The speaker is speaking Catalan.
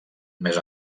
més